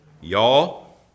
y'all